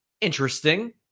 interesting